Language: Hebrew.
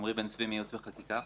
עמרי בן-צבי מייעוץ וחקיקה.